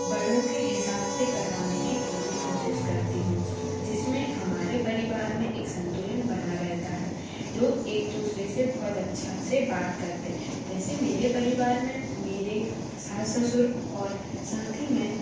बड़ों के हिसाब से करवाने की पूरी कोशिश करती हूँ जिस में हमारे परिवार में एक संतुलन बना रहता है लोग एक दूसरे से बहुत अच्छा से बात करते जैसे मेरे परिवार में मेरे सास ससुर और साथ ही में